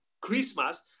christmas